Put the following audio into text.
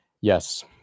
Yes